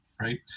right